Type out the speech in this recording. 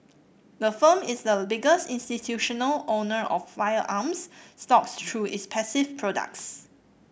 the firm is the biggest institutional owner of firearms stocks through its passive products